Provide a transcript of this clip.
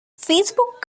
facebook